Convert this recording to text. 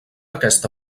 aquesta